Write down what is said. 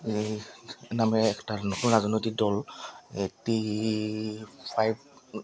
এই নামেৰে এটা নতুন ৰাজনৈতিৰ দল এইট্টি ফাইভ